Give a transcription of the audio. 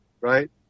right